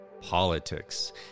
politics